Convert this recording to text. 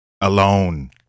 Alone